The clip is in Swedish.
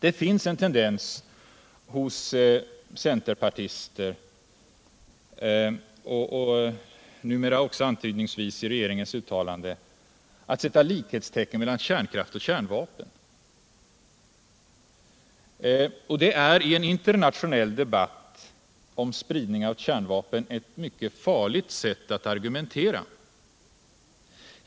Det finns en tendens hos centerpartister, och numera också antydningsvis i regeringens uttalanden, att sätta likhetstecken mellan kärnkraft och kärnvapen. Det är i en internationell debatt om spridning av kärnvapen ett mycket farligt sätt att argumentera.